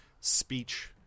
speech